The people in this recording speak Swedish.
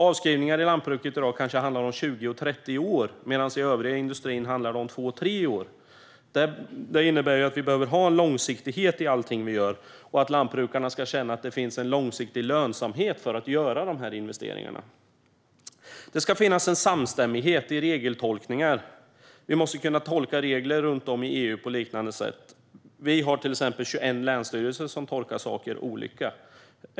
Avskrivningar inom lantbruket handlar i dag kanske om 20 och 30 år medan det inom övrig industri handlar om två tre år. Det innebär att det måste finnas en långsiktighet i allt vi gör. Lantbrukarna måste få känna att det finns en långsiktig lönsamhet för att göra dessa investeringar. Det ska finnas en samstämmighet i regeltolkningar. Runt om i EU måste regler tolkas lika. I Sverige har vi till exempel 21 länsstyrelser som tolkar saker olika.